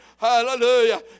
Hallelujah